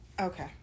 Okay